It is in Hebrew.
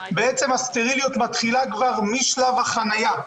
הסטריליות מתחילה כבר משלב החנייה.